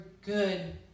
good